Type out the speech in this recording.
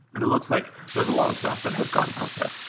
and it looks like there was a lot of stuff that has gone out there.